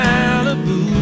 Malibu